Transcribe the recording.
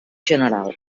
general